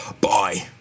Bye